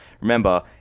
remember